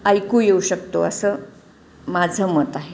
ऐकू येऊ शकतो असं माझं मत आहे